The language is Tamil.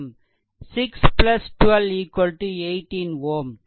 18 x i1 6